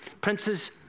Princes